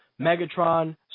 Megatron